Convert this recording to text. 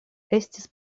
estis